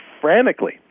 frantically